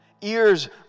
ears